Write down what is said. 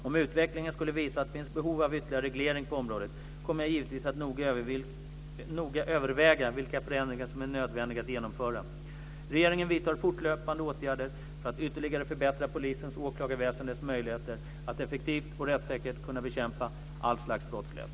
Om utvecklingen skulle visa att det finns behov av ytterligare reglering på området kommer jag givetvis att noga överväga vilka förändringar som är nödvändiga att genomföra. Regeringen vidtar fortlöpande åtgärder för att ytterligare förbättra polisens och åklagarväsendets möjligheter att effektivt och rättssäkert kunna bekämpa all slags brottslighet.